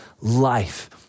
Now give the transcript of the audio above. life